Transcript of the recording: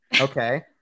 Okay